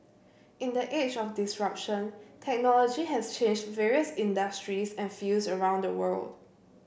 in the age of disruption technology has changed various industries and fields around the world